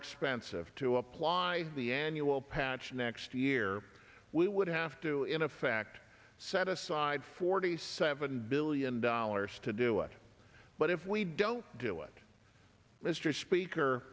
expensive to apply the annual patch next year we would have to in effect set aside forty seven billion dollars to do it but if we don't do it let's treat speaker